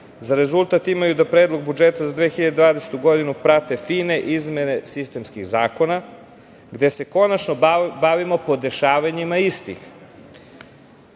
za rezultat imaju da Predlog budžeta za 2022. godinu prate fine izmene sistemskih zakona, gde se konačno bavimo podešavanjima istih,